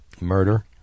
murder